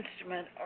instrument